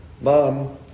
mom